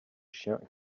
chiens